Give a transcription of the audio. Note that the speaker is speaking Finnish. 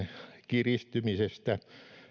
kiristymisestä